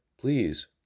Please